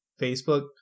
Facebook